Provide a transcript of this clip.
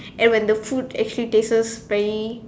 and when the food actually tasted very